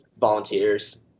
Volunteers